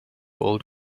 old